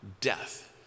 death